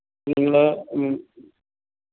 നിങ്ങൾ ഉം